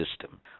system